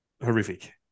horrific